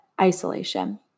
isolation